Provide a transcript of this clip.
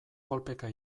kolpeka